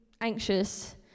anxious